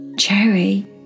Cherry